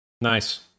Nice